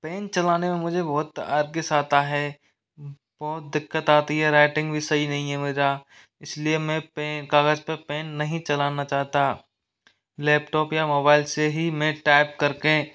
pen चलाने मैं मुझे बहुत आलस आता है बहुत दिक्कत आती है राइटिंग भी सही नहीं है मेरा इसलिए मैं पेन कागज पे पेन नहीं चलाना चाहता लैपटॉप या मोबाइल से ही में टाइप करके